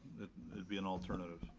it'd be an alternative,